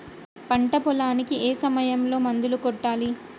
పంట పొలానికి ఏ సమయంలో మందులు కొట్టాలి?